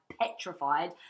petrified